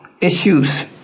issues